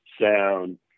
sound